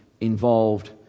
involved